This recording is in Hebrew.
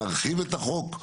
נרחיב את החוק,